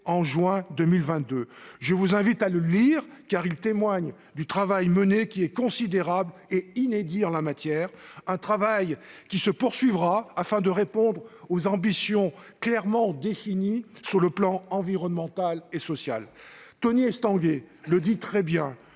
en juin 2022. Je vous invite à le lire, car il témoigne du travail mené, qui est considérable et inédit en la matière. Ce travail se poursuivra afin de donner corps à des ambitions clairement définies en matière environnementale et sociale. Tony Estanguet le dit très bien